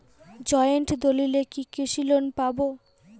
Joint দলিলে কি কৃষি লোন পাব?